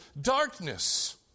darkness